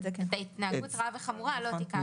את "התנהגות רעה וחמורה" לא תיקנו.